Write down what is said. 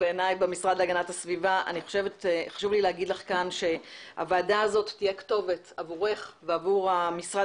חשוב לי לומר לך שהוועדה הזאת תהיה כתובת עבורך ועבור המשרד